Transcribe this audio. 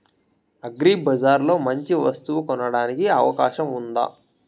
అగ్రిబజార్ లో మంచి వస్తువు కొనడానికి అవకాశం వుందా?